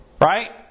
Right